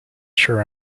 sure